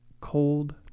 cold